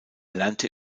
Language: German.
lernte